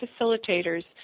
facilitators